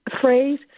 phrase